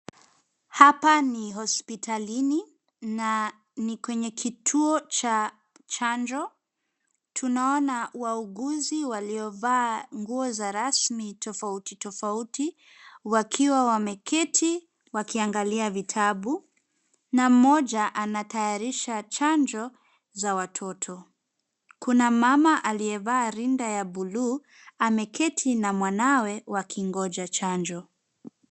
Hapa ni hospitalini, na ni kwenye kituo cha chanjo, tunaona wauguzi waliovaa nguo za rasmi tofauti tofauti, wakiwa wameketi wakiangalia vitabu na mmoja anatayarisha chanjo za watoto. Kuna mmama aliyevaa rinda ya buluu, ameketi na mwanawe wakingoja chanjo.